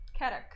karak